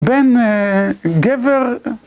בן גבר...